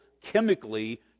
chemically